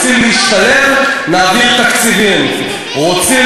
מחאה לגיטימית, תודה רבה.